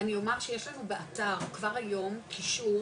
אני אומר שיש לנו באתר כבר היום אישור